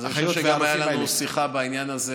אני חושב שהייתה לנו שיחה בעניין הזה